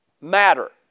matter